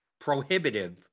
prohibitive